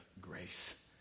grace